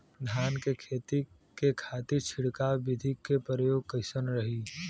धान के खेती के खातीर छिड़काव विधी के प्रयोग कइसन रही?